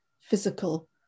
physical